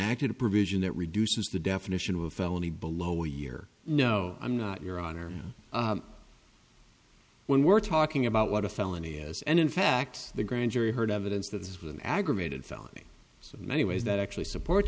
active provision that reduces the definition of a felony below a year no i'm not your honor when we're talking about what a felony is and in fact the grand jury heard evidence that this was an aggravated felony so many ways that actually support